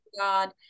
God